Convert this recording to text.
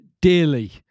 dearly